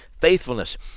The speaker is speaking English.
faithfulness